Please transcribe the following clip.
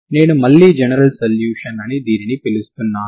నేను మళ్లీ general solution అని దీనిని పిలుస్తున్నాను